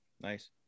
Nice